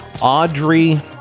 Audrey